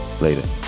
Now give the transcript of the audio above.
Later